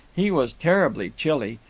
he was terribly chilly.